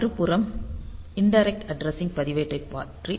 மறுபுறம் indirect addressing பதிவேட்டைப் பற்றி பார்ப்போம்